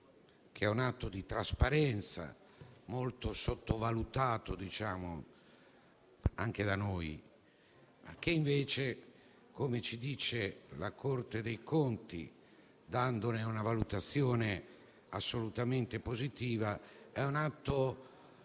è un atto di trasparenza molto sottovalutato, anche da noi; invece, come afferma la Corte dei conti, dandone una valutazione assolutamente positiva, è un atto